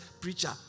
preacher